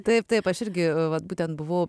taip taip aš irgi vat būtent buvau